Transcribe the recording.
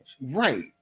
Right